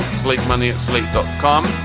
sleep money and sleep dot com.